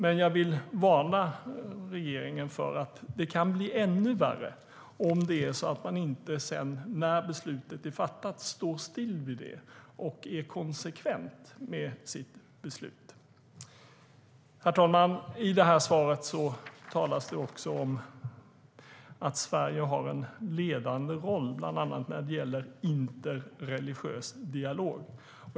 Men jag vill varna regeringen för att det kan bli ännu värre om det är så att man sedan inte står fast vid det beslut man fattat och är konsekvent. Herr talman! I svaret talas det också om att Sverige har en "ledande roll" när det gäller bland annat interreligiös dialog.